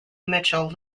mitchell